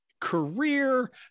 career